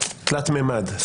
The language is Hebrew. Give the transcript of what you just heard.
תלת ממד,